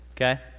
okay